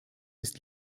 ist